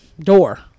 door